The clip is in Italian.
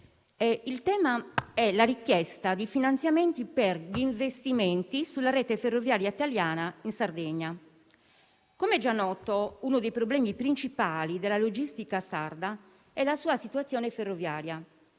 è la richiesta di finanziamenti per gli investimenti sulla rete ferroviaria italiana in Sardegna. Come già noto, uno dei problemi principali della logistica sarda è la sua situazione ferroviaria.